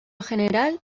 general